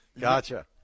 Gotcha